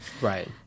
Right